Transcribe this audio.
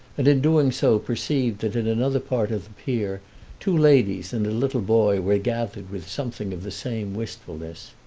and in doing so perceived that in another part of the pier two ladies and a little boy were gathered with something of the same wistfulness.